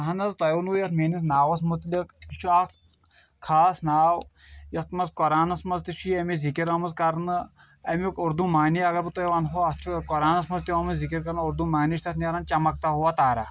اَہن حظ تۄہہِ ووٚنو یَتھ میٲنِس ناوَس متعلِق یہِ چھُ اکھ خاص ناو یَتھ منٛز قرآنَس منٛز تہِ چھےٚ اَمِچ ذِکٔر آمٕژ کَرنہٕ اَمیُک اُردو معنی اَگر بہٕ تۄہہ وَنہوو اَتھ چُھ قرآنَس منٛز تہِ آمُت ذکر کَرنہٕ اُردو معنی چھُ اَتھ نیران چمکتا ہوا تارا